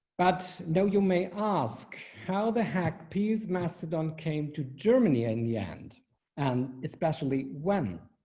but no, you may ask, how the heck peels mastodon came to germany and the end and especially one